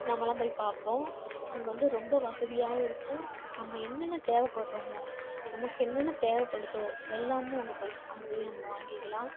நம்மளாம் போய் பார்ப்போம் அங்கே வந்து ரொம்ப வசதியாகவும் இருக்கும் நம்ம என்னென்ன தேவைப்படுறமோ நமக்கு என்னென்ன தேவைப்படுதோ எல்லாமும் அங்கே போய் அங்கே போய் நம்ம வாங்கிக்கிலாம்